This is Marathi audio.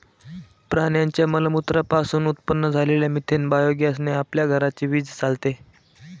प्राण्यांच्या मलमूत्रा पासून उत्पन्न झालेल्या मिथेन बायोगॅस ने आपल्या घराची वीज चालते